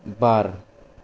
बार